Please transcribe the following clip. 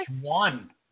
one